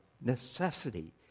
necessity